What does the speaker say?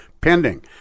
pending